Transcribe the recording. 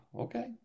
okay